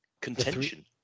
contention